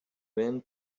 went